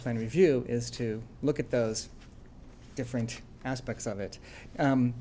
plan review is to look at those different aspects of it